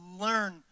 learn